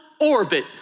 orbit